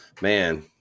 man